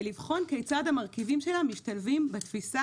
ולבחון כיצד המרכיבים שלה משתלבים בתפיסה